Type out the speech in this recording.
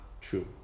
true